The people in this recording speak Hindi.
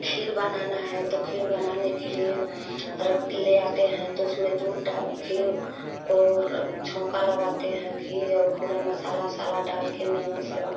खीर बनाना है तो खीर बनाने के लिए रक्ती ले आते हैं तो उसमें दूध डाल खीर को रख छोंका लगाते हैं घी और पूरा मसाला वसाला डाल कर मेवा सेवा